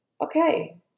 Okay